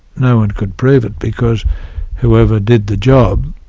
no-one could prove it because whoever did the job,